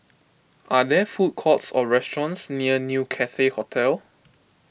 are there food courts or restaurants near New Cathay Hotel